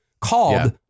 called